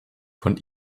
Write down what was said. von